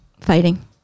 Fighting